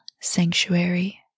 sanctuary